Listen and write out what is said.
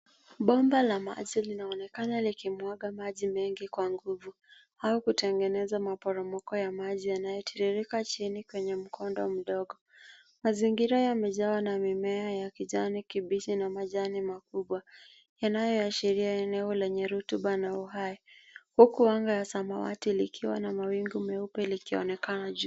Bomba la maji linaonekana likimwaga maji mengi kwa nguvu, au kutengeneza maporomoko ya maji yanayotiririka chini kwenye mkondo mdogo. Mazingira yamejawa na mimea ya kijani kibichi na majani makubwa, yanayoashiria eneo lenye rutuba na uhai, huku anga la samawati likiwa na mawingu meupe likionekana juu.